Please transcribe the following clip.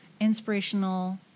inspirational